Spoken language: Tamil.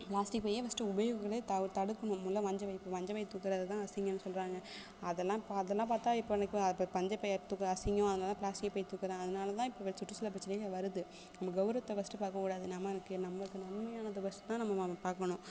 பிளாஸ்டிக் பையே ஃபர்ஸ்ட்டு உபயோகங்களே தவிர் தடுக்கணும் முதலில் மஞ்சப்பை இப்போ மஞ்சப்பை தூக்குறதைதான் அசிங்கன்னு சொல்லுறாங்க அதெல்லாம் இப்போ அதெல்லாம் பார்த்தா இப்போ எனக்கு அதை மஞ்சப்பையை தூக்குறது அசிங்கம் அதனாலதான் பிளாஸ்டிக் பை தூக்குறேன் அதனாலதான் இப்போ இவ்வளோ சுற்றுச்சூழுல் பிரச்சினைகள் வருது நம்ப கௌரவத்தை ஃபர்ஸ்ட்டு பார்க்க கூடாது நம்பளுக்கு நம்ப நன்மையானது ஃபர்ஸ்ட் தான் நம்ம பார்க்கணும்